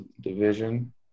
division